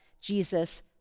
Jesus